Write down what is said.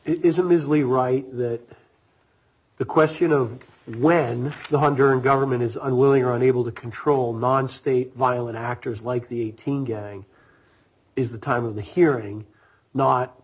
it is a measly right that the question of when the hunger and government is unwilling or unable to control non state violent actors like the eighteen gang is the time of the hearing not